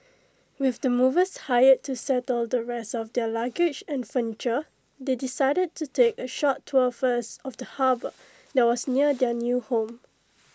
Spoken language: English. with the movers hired to settle the rest of their luggage and furniture they decided to take A short tour first of the harbour that was near their new home